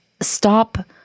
stop